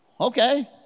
Okay